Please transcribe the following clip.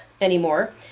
anymore